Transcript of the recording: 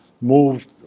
moved